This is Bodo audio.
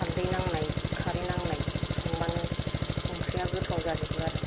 हालदै नांनाय खारै नांनाय संबानो आंख्रिआ गोथाव जाजोबो आरो